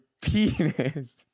penis